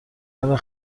برای